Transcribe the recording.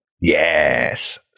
Yes